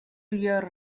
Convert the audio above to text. your